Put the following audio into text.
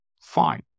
fine